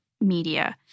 media